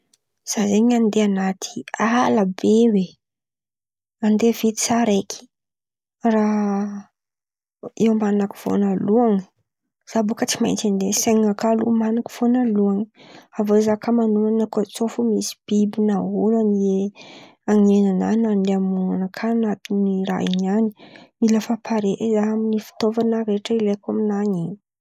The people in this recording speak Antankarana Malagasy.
Zah zen̈y andeha anaty ala be oe. Mandeha vity zah raiky. Raha ioman̈ako voalohan̈y, zah boaka tsy maintsy andeha sain̈y nakà aloha oman̈iko voalohan̈y; avô zah kà manoman̈a tsôa fo misy biby na olony ne anezi- na andeha hamon̈o anakà anatin̈y raha in̈y an̈y mila fa pare zaha amin̈'ny fitaovan̈a rehetra ilaiko amin̈any in̈y.